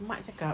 mak cakap